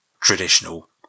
traditional